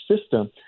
system